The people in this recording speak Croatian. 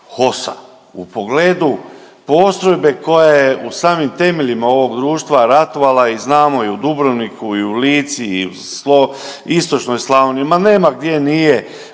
HOS-a, u pogledu postrojbe koja je u samim temeljima ovog društva ratovala i znamo i u Dubrovniku i u Lici i istočnoj Slavoniji. Ma nema gdje nije